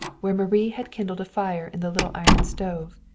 where marie had kindled a fire in the little iron stove,